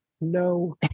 no